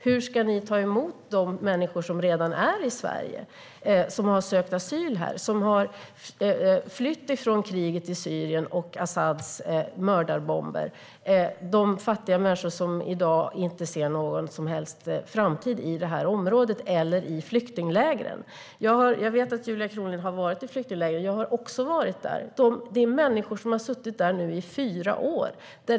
Hur ska ni ta emot de människor som redan är i Sverige, som har sökt asyl här och som har flytt från kriget i Syrien och Asads mördarbomber? Det är fattiga människor som i dag inte ser någon som helst framtid i det här området eller i flyktinglägren. Jag vet att Julia Kronlid har besökt flyktingläger. Jag har också gjort det. Många människor har suttit där i fyra år.